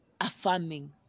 affirming